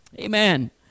Amen